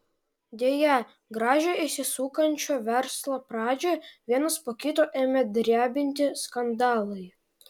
deja gražią įsisukančio verslo pradžią vienas po kito ėmė drebinti skandalai